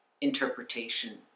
interpretation